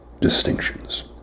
distinctions